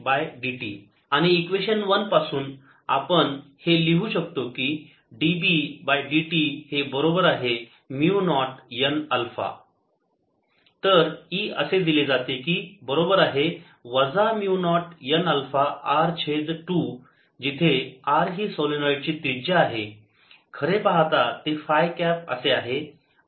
πs2 dBdt0ndIdt आणि equation 1 पासून आपण हे लिहू शकतो की dB बाय dt हे बरोबर आहे mu nought n alpha dBdt0nα तर E असे दिले जाते की बरोबर आहे वजा mu nought n alpha R छेद 2 जिथे R ही सोलेनोईड ची त्रिज्या आहे खरे पाहता ते फाय कॅप असे आहे